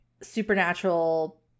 supernatural